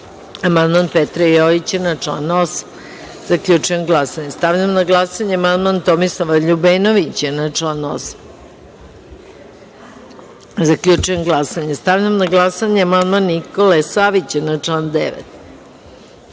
amandman Petra Jojić na član 8.Zaključujem glasanje. Stavljam na glasanje amandman Tomislava Ljubenovića na član 8.Zaključujem glasanje. Stavljam na glasanje amandman Nikole Savića na član